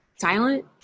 silent